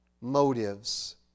motives